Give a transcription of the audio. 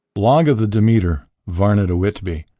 log of the demeter. varna to whitby.